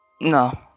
No